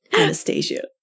anastasia